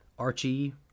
Archie